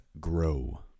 grow